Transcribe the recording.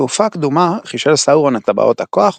בתקופה קדומה חישל סאורון את טבעות הכוח,